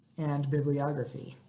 and bibliography.